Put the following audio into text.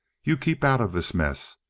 you keep out of this mess.